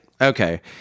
Okay